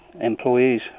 Employees